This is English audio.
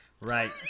Right